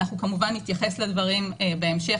אנחנו כמובן נתייחס לדברים בהמשך,